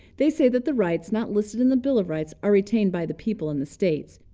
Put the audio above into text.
they say that the rights not listed in the bill of rights are retained by the people in the states.